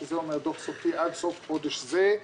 שזה אומר דוח סופי עד סוף חודש זה.